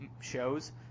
shows